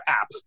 app